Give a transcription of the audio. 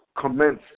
commence